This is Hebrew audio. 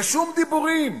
ושום דיבורים